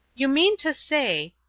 you mean to say,